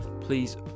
Please